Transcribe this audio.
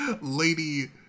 Lady